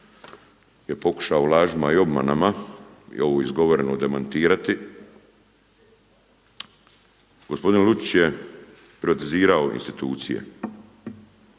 je pokušao lažima i obmanama i ovo izgovoreno demantirati. Gospodin Lučić je privatizirao institucije.